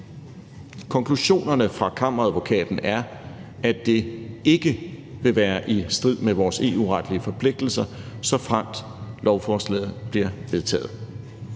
Konklusionerne fra Kammeradvokaten er, at det ikke vil være i strid med vores EU-retlige forpligtelser, såfremt lovforslaget bliver vedtaget.